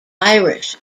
irish